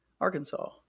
Arkansas